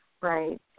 right